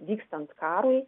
vykstant karui